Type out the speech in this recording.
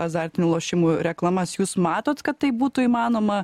azartinių lošimų reklamas jūs matot kad tai būtų įmanoma